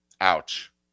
Ouch